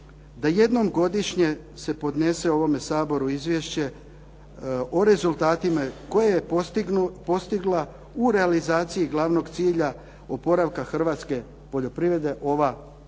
da jedno godišnje se podnese ovome Saboru izvješće o rezultatima koje je postigla u realizaciji glavnog cilja oporavka hrvatske poljoprivrede ova